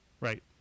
Right